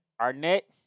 Arnett